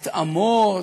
התאמות,